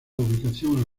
ubicación